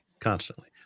constantly